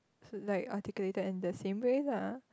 like articulated in the same way lah